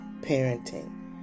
parenting